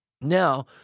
Now